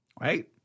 Right